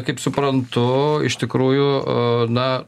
kaip suprantu iš tikrųjų na